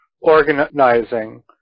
organizing